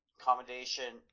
accommodation